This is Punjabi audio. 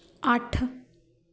ਅੱਠ